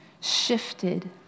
shifted